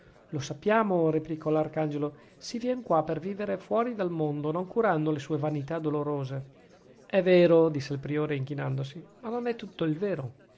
lo sappiamo replicò l'arcangelo si vien qua per vivere fuori del mondo non curando le sue vanità dolorose è vero disse il priore inchinandosi ma non è tutto il vero